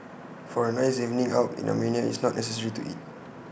for A nice evening out in Armenia IT is not necessary to eat